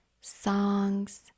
songs